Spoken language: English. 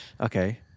Okay